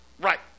Right